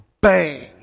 bang